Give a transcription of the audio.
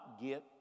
get